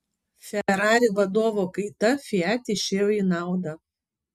ferrari vadovo kaita fiat išėjo į naudą